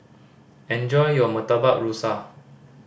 enjoy your Murtabak Rusa